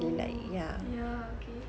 oh ya okay